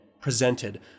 presented